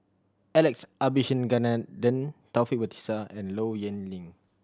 Alex Abisheganaden Taufik Batisah and Low Yen Ling